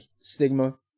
stigma